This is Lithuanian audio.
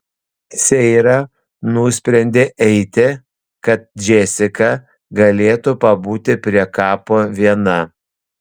seira nusprendė eiti kad džesika galėtų pabūti prie kapo viena